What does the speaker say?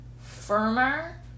firmer